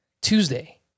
Tuesday